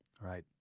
right